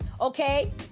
Okay